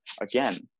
again